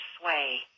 sway